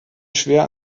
schwer